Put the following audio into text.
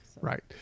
Right